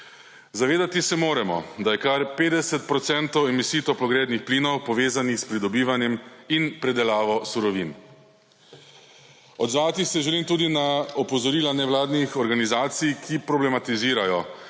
Zavedati se moramo, da je kar 50 odstotkov emisij toplogrednih plinov povezanih s pridobivanjem in predelavo surovin. Odzvati se želim tudi na opozorila nevladnih organizacij, ki problematizirajo